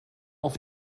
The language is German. auf